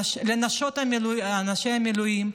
לנשות ואנשי המילואים,